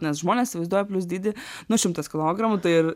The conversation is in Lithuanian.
nes žmonės įsivaizduoja plius dydį nu šimtas kilogramų tai ir